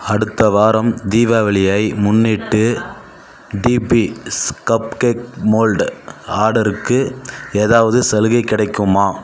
அடுத்த வாரம் தீபாவளியை முன்னிட்டு டிபி ஸ்கப்கேக் மோல்டு ஆடருக்கு ஏதாவது சலுகை கிடைக்குமா